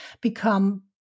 become